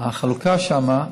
החלוקה שם,